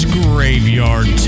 graveyard